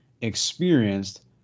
experienced